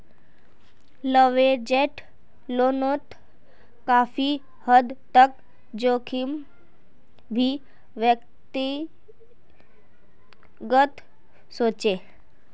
leveraged लोनोत काफी हद तक जोखिम भी व्यक्तिगत होचे